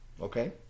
Okay